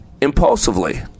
impulsively